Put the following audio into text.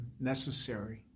necessary